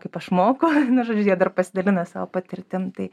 kaip aš moku žodžiu jie dar pasidalina savo patirtim tai